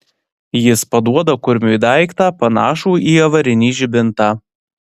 jis paduoda kurmiui daiktą panašų į avarinį žibintą